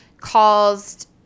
caused